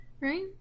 Right